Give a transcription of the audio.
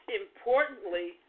importantly